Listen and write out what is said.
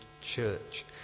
church